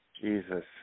Jesus